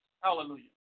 Hallelujah